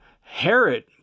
Herod